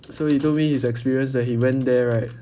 so either way his experience that he went there right